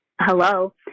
hello